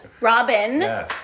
Robin